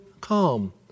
calm